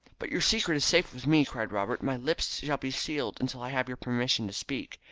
but your secret is safe with me, cried robert. my lips shall be sealed until i have your permission to speak.